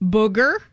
Booger